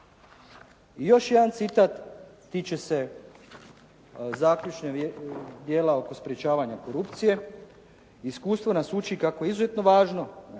I još jedan citat, tiče se zaključnog dijela oko sprečavanja korupcije: Iskustvo nas uči kako je izuzetno važno,